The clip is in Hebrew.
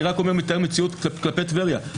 אני רק מתאר את המציאות לגבי טבריה.